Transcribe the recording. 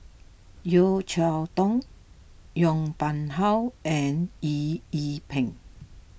Yeo Cheow Tong Yong Pung How and Eng Yee Peng